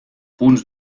punts